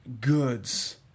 goods